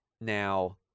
Now